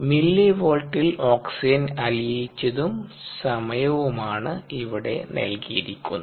മില്ലിവോൾട്ടിൽ ഓക്സിജൻ അലിയിച്ചതും സമയവുമാണ് ഇവിടെ നൽകിയിരിക്കുന്നത്